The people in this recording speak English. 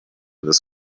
this